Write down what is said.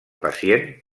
pacient